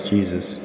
Jesus